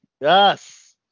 Yes